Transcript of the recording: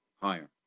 Higher